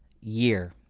year